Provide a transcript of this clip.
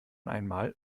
einmal